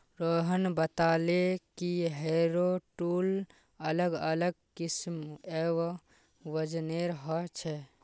रोहन बताले कि harrow tool अलग अलग किस्म एवं वजनेर ह छे